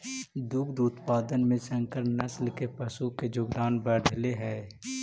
दुग्ध उत्पादन में संकर नस्ल के पशु के योगदान बढ़ले हइ